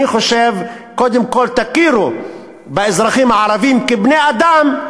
אני חושב שקודם כול תכירו באזרחים הערבים כבני-אדם,